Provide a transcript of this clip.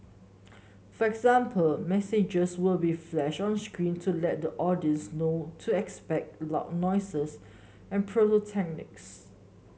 for example messages will be flashed on screen to let the audience know to expect loud noises and pyrotechnics